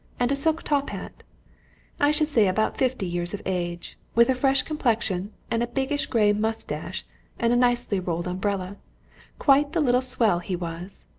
and a silk top-hat i should say about fifty years of age, with a fresh complexion and a biggish grey moustache and a nicely rolled umbrella quite the little swell he was.